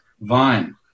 vine